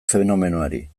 fenomenoari